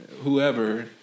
Whoever